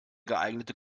geeignete